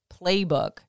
playbook